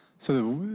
so,